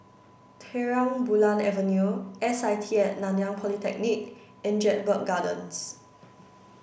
Terang Bulan Avenue S I T A Nanyang Polytechnic and Jedburgh Gardens